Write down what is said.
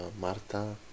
Marta